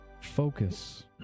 Focus